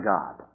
God